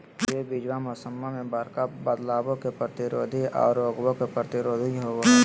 hybrid बीजावा मौसम्मा मे बडका बदलाबो के प्रतिरोधी आ रोगबो प्रतिरोधी होबो हई